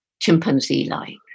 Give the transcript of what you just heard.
chimpanzee-like